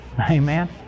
Amen